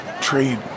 trade